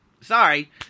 Sorry